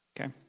okay